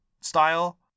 style